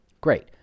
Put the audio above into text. Great